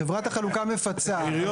חברת החלוקה מפצה.